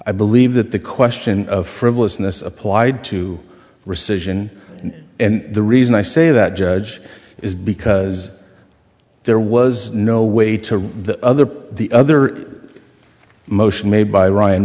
i believe that the question of frivolousness applied to rescission and the reason i say that judge is because there was no way to the other put the other motion made by ryan